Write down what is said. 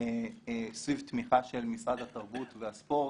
סביב תמיכה של משרד התרבות והספורט.